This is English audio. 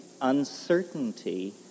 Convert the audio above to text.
uncertainty